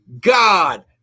God